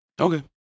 Okay